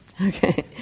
Okay